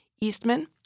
Eastman